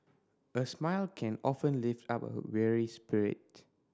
a smile can often lift up a weary spirit